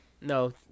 No